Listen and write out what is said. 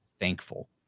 thankful